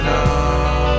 now